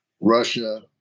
Russia